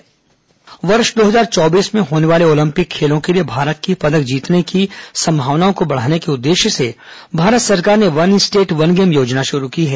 Olympic Chhattisgarh वर्ष दो हजार चौबीस में होने वाले ओलंपिक खेलों के लिए भारत की पदक जीतने की संभावनाओं को बढ़ाने के उद्देश्य से भारत सरकार ने वन स्टेट वन गेम योजना शुरू की है